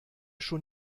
schon